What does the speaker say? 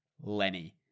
Lenny